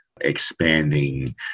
expanding